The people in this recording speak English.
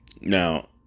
Now